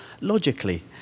logically